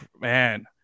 Man